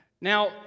Now